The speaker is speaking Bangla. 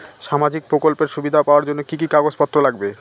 সামাজিক প্রকল্পের সুবিধা পাওয়ার জন্য কি কি কাগজ পত্র লাগবে?